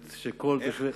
איך?